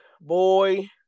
Boy